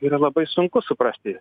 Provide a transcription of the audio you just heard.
yra labai sunku suprasti